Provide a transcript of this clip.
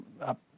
up